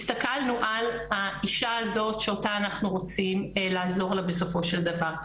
שהסתכלנו על האישה הזאת שאותה אנחנו רוצים לעזור לה בסופו של דבר,